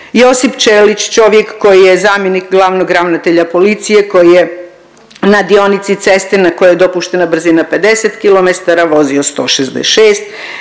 Josip Ćelić, čovjek koji je zamjenik glavnog ravnatelja policije koji je na dionici ceste na kojoj je dopuštena brzina 50 km vozio 166,